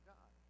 God